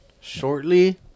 Shortly